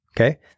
Okay